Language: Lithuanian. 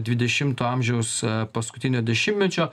dvidešimto amžiaus paskutinio dešimtmečio